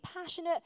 passionate